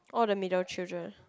all the middle children